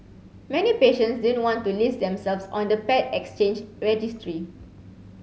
many patients didn't want to list themselves on the paired exchange registry